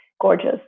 gorgeous